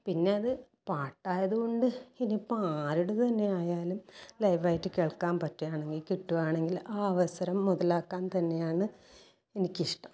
പിന്നെ അത് പാട്ടായതുകൊണ്ട് ഇനിയിപ്പോൾ ആരുടെ തന്നെയായാലും ലൈവായിട്ട് കേൾക്കാൻ പറ്റുകയാണെങ്കിൽ കിട്ടുകയാണെങ്കിൽ ആ അവസരം മുതലാക്കാൻ തന്നെയാണ് എനിക്കിഷ്ടം